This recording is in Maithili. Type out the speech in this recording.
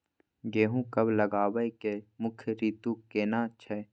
गेहूं कब लगाबै के मुख्य रीतु केना छै?